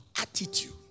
attitude